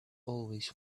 always